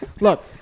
Look